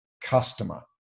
customer